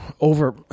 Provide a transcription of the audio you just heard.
over